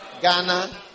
Ghana